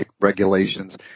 regulations